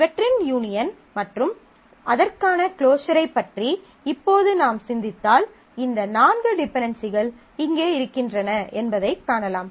இவற்றின் யூனியன் மற்றும் அதற்கான க்ளோஸர் - ஐப் பற்றி இப்போது நாம் சிந்தித்தால் இந்த நான்கு டிபென்டென்சிகள் இங்கே இருக்கின்றன என்பதைக் காணலாம்